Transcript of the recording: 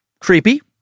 Creepy